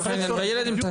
אני לא